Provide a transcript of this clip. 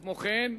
כמו כן,